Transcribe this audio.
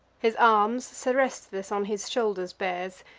his arms seresthus on his shoulders bears,